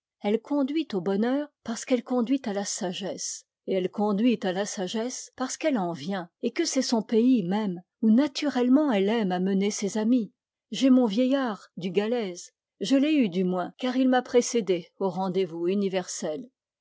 elle conduit au bonheur parce qu'elle conduit à la sagesse et elle conduit à la sagesse parce qu'elle en vient et que c'est son pays même où naturellement elle aime à mener ses amis j'ai mon vieillard du galése je l'ai eu du moins car il m'a précédé au rendez-vous